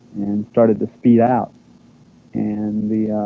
and started to speed out and